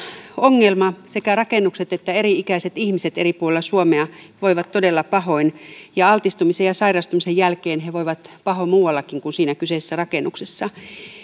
ongelma sekä rakennukset että eri ikäiset ihmiset eri puolilla suomea voivat todella pahoin ja altistumisen ja sairastumisen jälkeen he voivat pahoin muuallakin kuin siinä kyseisessä rakennuksessa